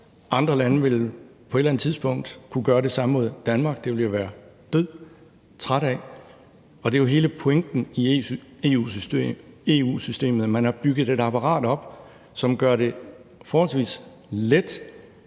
Andre lande vil på et eller andet tidspunkt kunne gøre det samme mod Danmark. Det ville vi jo blive dødtrætte af, og det er jo hele pointen i EU-systemet: Man har bygget et apparat op, som gør det forholdsvis let